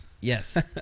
yes